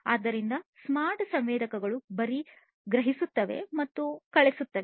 ಆದ್ದರಿಂದ ಈ ಸ್ಮಾರ್ಟ್ ಸಂವೇದಕಗಳು ಬರೀ ಗ್ರಹಿಸುತ್ತವೆ ಮತ್ತು ಕಳುಹಿಸುತ್ತವೆ